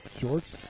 Shorts